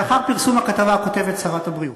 לאחר פרסום הכתבה, כותבת שרת הבריאות: